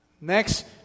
Next